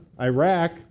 Iraq